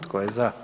Tko je za?